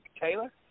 Taylor